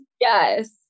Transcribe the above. Yes